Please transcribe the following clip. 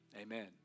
amen